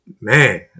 man